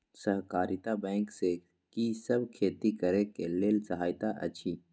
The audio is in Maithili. सहकारिता बैंक से कि सब खेती करे के लेल सहायता अछि?